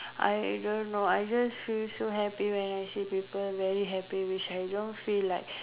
I don't know I just feel so happy when I see people very happy which I don't feel like